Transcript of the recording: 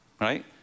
right